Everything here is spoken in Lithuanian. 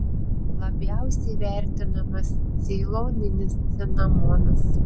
labiausiai vertinamas ceiloninis cinamonas